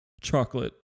chocolate